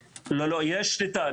לא, יש שליטה.